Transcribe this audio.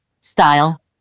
Style